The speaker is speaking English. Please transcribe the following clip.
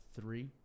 three